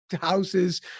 houses